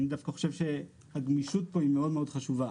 אני דווקא חושב שהגמישות פה היא מאוד מאוד חשובה.